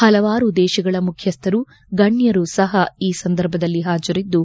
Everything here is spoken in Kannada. ಹಲವಾರು ದೇಶಗಳ ಮುಖ್ಯಸ್ವರು ಗಣ್ಣರು ಸಹ ಈ ಸಂದರ್ಭದಲ್ಲಿ ಹಾಜರಿದ್ದು